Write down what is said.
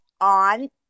on